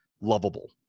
lovable